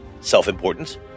self-importance